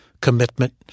commitment